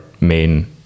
main